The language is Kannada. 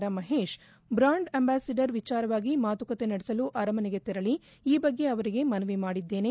ರಾಮಹೇಶ್ ಬ್ರಾಂಡ್ ಅಂಬಾಸಿಡರ್ ವಿಚಾರವಾಗಿ ಮಾತುಕತೆ ನಡೆಸಲು ಅರಮನೆಗೆ ತೆರಳಿ ಈ ಬಗ್ಗೆ ಅವರಿಗೆ ಮನವಿ ಮಾಡಿದ್ದೇನೆ